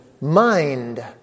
mind